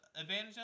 advantage